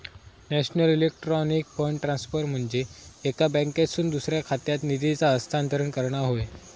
national electronic fund transfer म्हनजे एका बँकेतसून दुसऱ्या खात्यात निधीचा हस्तांतरण करणा होय